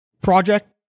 project